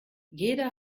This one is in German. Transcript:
jeder